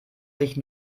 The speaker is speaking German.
sich